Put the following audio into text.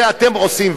זה אתם עושים.